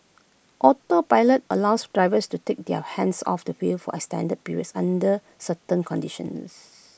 autopilot allows drivers to take their hands off the wheel for extended periods under certain conditions